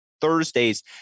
Thursdays